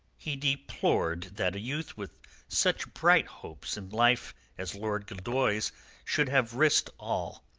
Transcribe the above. he deplored that a youth with such bright hopes in life as lord gildoy's should have risked all,